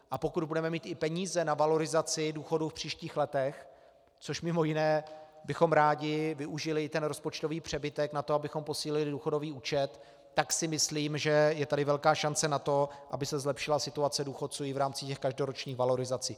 A pokud budeme mít i peníze na valorizaci důchodů v příštích letech, což mimo jiné bychom rádi využili i ten rozpočtový přebytek na to, abychom posílili důchodový účet, tak si myslím, že je tady velká šance na to, aby se zlepšila situace důchodců i v rámci každoročních valorizací.